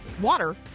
water